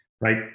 right